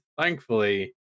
thankfully